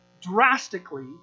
drastically